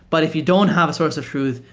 but if you don't have a source of truth,